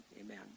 amen